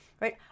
right